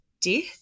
death